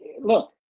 look